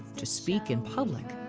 to speak in public.